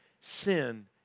sin